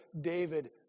David